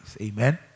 Amen